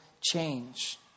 change